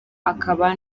akaba